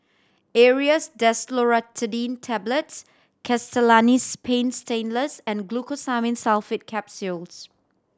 Aerius DesloratadineTablets Castellani's Paint Stainless and Glucosamine Sulfate Capsules